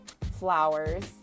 flowers